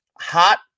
hot